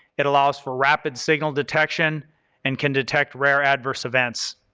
it allows for rapid signal detection and can detect rare adverse events.